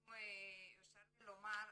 אם יורשה לי לומר,